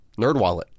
NerdWallet